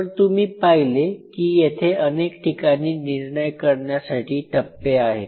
तर तुम्ही पाहिले कि येथे अनेक ठिकाणी निर्णय करण्यासाठी टप्पे आहेत